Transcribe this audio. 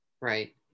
Right